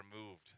removed